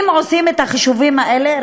אם עושים את החישובים האלה,